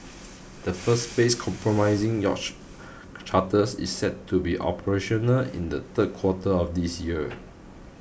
the first phase comprising yacht charters is set to be operational in the third quarter of this year